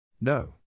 No